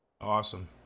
awesome